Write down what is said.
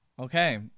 okay